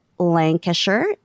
Lancashire